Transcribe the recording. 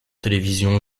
télévision